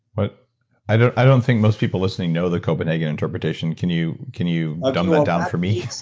but i don't i don't think most people listening know the copenhagen interpretation. can you can you ah dumb that down for me?